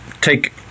Take